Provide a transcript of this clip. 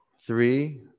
three